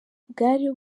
bwari